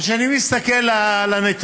אבל כשאני מסתכל על הנתונים,